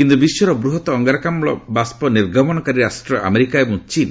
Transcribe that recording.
କିନ୍ତୁ ବିଶ୍ୱର ବୃହତ ଅଙ୍ଗାରକାମ୍କ ବାଷ୍କ ନିର୍ଗମନକାରୀ ରାଷ୍ଟ୍ର ଆମେରିକା ଏବଂ ଚୀନ